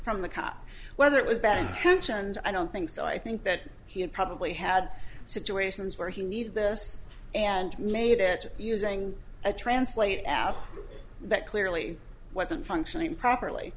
from the cop whether it was bad hunch and i don't think so i think that he had probably had situations where he needed this and made it using a translate out that clearly wasn't functioning properly